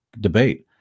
debate